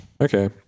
Okay